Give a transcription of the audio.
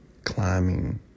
climbing